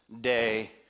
day